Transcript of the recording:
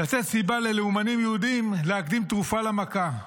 לתת סיבה ללאומנים יהודים להקדים תרופה למכה,